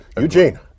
Eugene